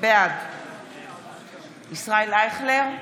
בעד ישראל אייכלר,